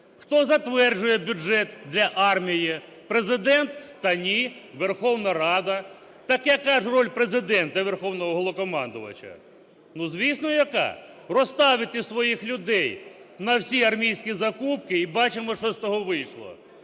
Хто затверджує бюджет для армії – Президент? Та ні – Верховна Рада. Так яка ж роль Президента - Верховного Головнокомандувача? Ну, звісно, яка – розставити своїх людей на всі армійські закупки. І бачимо, що з того вийшло.